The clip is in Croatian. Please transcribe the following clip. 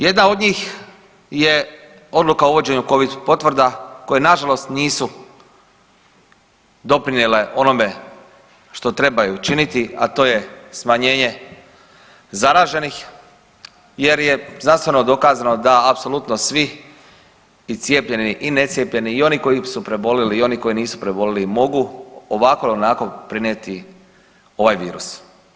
Jedan od njih je odluka o uvođenju Covid potvrda koje nažalost nisu doprinijele onome što trebaju činiti, a to je smanjenje zaraženih jer je znanstveno dokazano da apsolutno svi i cijepljeni i necijepljeni i oni koji su prebolili i oni koji nisu prebolili mogu ovako il onako prenijeti ovaj virus.